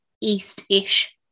east-ish